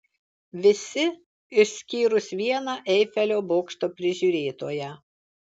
visi išskyrus vieną eifelio bokšto prižiūrėtoją